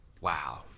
wow